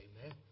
Amen